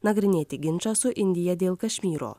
nagrinėti ginčą su indija dėl kašmyro